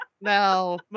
No